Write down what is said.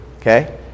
okay